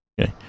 Okay